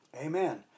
Amen